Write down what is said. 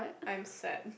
I'm sad